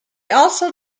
also